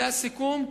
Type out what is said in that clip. זה הסיכום.